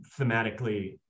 thematically